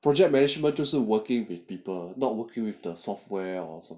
project management 就是 working with people not working with the software or something